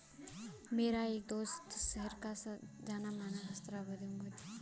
मेरा एक दोस्त शहर का जाना माना सहस्त्राब्दी उद्यमी है